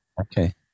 Okay